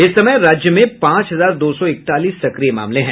इस समय राज्य में पांच हजार दो सौ इकतालीस सक्रिय मामले हैं